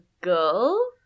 girl